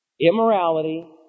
immorality